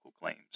claims